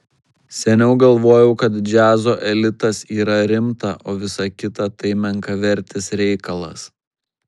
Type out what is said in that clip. seniau galvojau kad džiazo elitas yra rimta o visa kita tai menkavertis reikalas